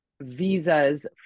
visas